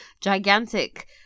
gigantic